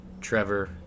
Trevor